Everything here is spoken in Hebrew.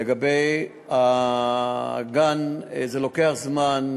לגבי הגן, זה לוקח זמן.